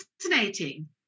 fascinating